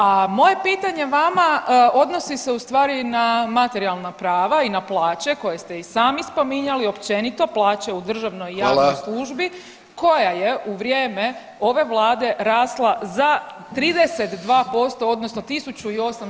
A moje pitanje vama odnosi se ustvari na materijalna prava i na plaće koje ste i sami spominjali općenito, plaće u državnoj [[Upadica Vidović: Hvala.]] i javnoj službi koja je u vrijeme ove vlade rasla za 32% odnosno 1.800 kuna.